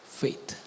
faith